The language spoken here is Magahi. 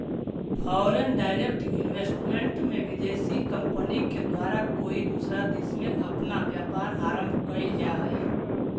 फॉरेन डायरेक्ट इन्वेस्टमेंट में विदेशी कंपनी के द्वारा कोई दूसरा देश में अपना व्यापार आरंभ कईल जा हई